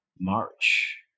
March